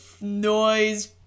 noise